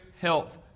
health